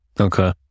Okay